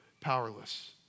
powerless